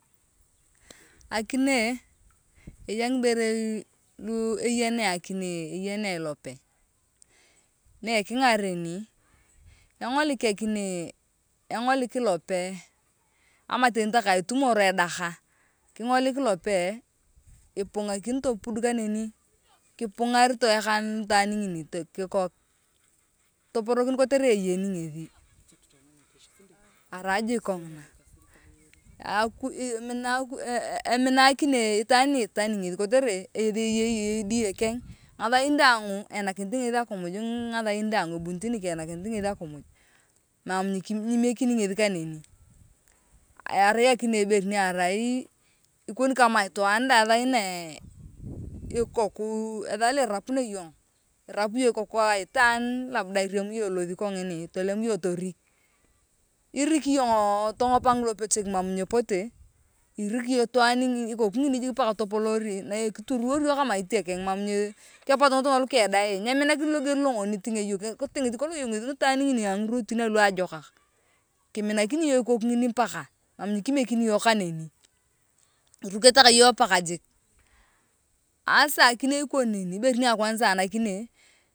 Akine i eya ngiberei lua eyeni akine eyenea elope na ekingana engoliki akine engolik ilope ama teni takae itumori edaka kingolik ilope ipungakia topod kaneni kipungar toyaka niitwaan ngini kii kikok topuroki kotere eyeni ngethi erai jik kongina akuj emina akuj emina akine itwaan ni etani ngethi kotere iyong eyei die keng ngathain daang eanikinet ngethi akimuj ngatahin dang ebunit nikeng kotere eanakinit ngethi akimuj mam nyimikieni ngethi kaneni arai akine ibere niarai ikoni kama itwaan daang ngathain naaa ama ikoku ngathain na irapunia iyong itrapu iyong ikoku aitaan labda inamu iyong elothi kongin tolem iyong torik ink iyong tongop ngilopechek mam nyepoto inki iyong ikoku ngini mpaka topoloori kipuroori iyong kama itokeng keputo ngitunga lukeng dang nyeminakini loger lokolong etingea iyong kitingit kolong iyong itwaan ngini angirotin alua jokok kiminakini iyong ikoku ngini mpaka mam nyikimiekini iyong kanoni irukete kanyong paka jik asa akine dang ikoni neni ibere ni akwanza anakine.